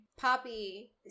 Poppy